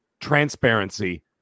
Transparency